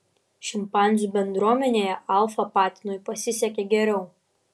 šimpanzių bendruomenėje alfa patinui pasisekė geriau